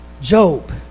Job